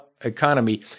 economy